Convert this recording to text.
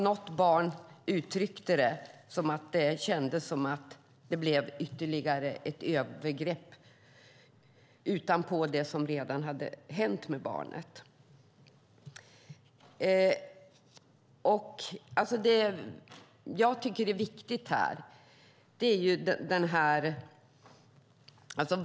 Något barn uttryckte det som att det kändes som ytterligare ett övergrepp utöver det som redan hade hänt med barnet.